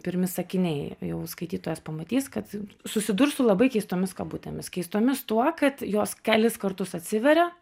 pirmi sakiniai jau skaitytojas pamatys kad susidurs su labai keistomis kabutėmis keistomis tuo kad jos kelis kartus atsiveria